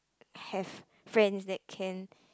have friends that can